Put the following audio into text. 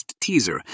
teaser